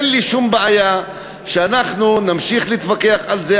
אין לי שום בעיה שנמשיך להתווכח על זה,